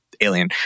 Alien